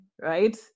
right